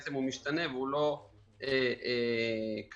משתנה, כשהוא לא קבוע.